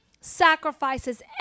sacrifices